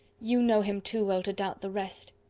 you know him too well to doubt the rest.